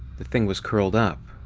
the thing was curled up,